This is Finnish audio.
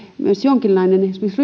myös jonkinlainen esimerkiksi